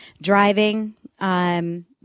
driving